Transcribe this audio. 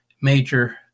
major